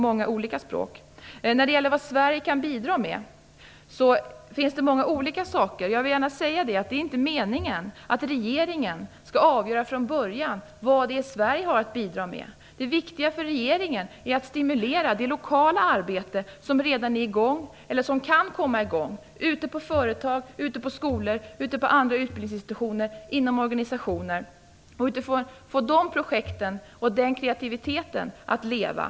Många olika språk kommer att användas. Sverige kommer att kunna bidra med många olika saker. Jag vill gärna säga att det inte är meningen att regeringen från början skall avgöra vad Sverige har att bidra med. Det viktiga för regeringen är att stimulera det lokala arbete som redan är i gång eller som kan komma i gång ute på företag, skolor, andra utbildningsinstitutioner och inom organisationer. Det gäller att få de projekten och den kreativiteten att leva.